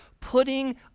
putting